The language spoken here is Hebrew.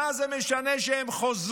מה זה משנה שהם חוזרים